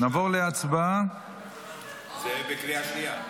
נעבור להצבעה על החוק בקריאה שנייה.